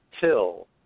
Till